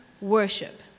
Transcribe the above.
worship